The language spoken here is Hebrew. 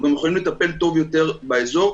ויכולים לטפל טוב יותר באזור.